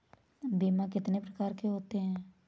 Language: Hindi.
बीमा कितनी प्रकार के होते हैं?